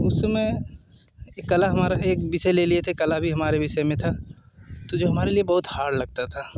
उसमें एक कला हमारा ये एक विषय ले लिए थे कला भी हमारे विषय में था तो जो हमारे लिए बहुत हार्ड लगता था